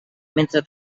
mentre